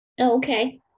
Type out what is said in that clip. Okay